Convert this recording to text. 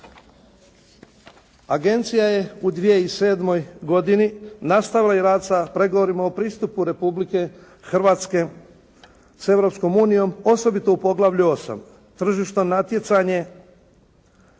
Agencija je u 2007. godini nastavila i rad sa pregovorima o pristupu Republike Hrvatske s Europskom unijom osobito u poglavlju 8.